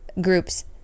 groups